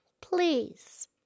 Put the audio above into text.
Please